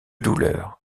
douleur